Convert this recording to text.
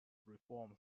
reforms